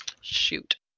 Shoot